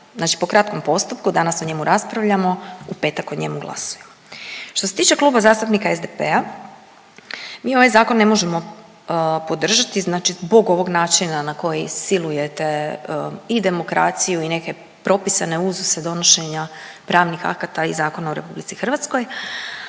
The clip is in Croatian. znači po kratkom postupku, danas o njemu raspravljamo, u petak o njemu glasujemo. Što se tiče Kluba zastupnika SDP-a, mi ovaj Zakon ne možemo podržati zbog ovog načina na koji silujete i demokraciju i neke propisane uzuse donošenja pravnih akata i zakona u RH, ali snažno